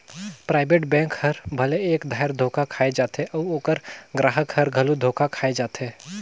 private bank हर भले एक धाएर धोखा खाए जाथे अउ ओकर गराहक हर घलो धोखा खाए जाथे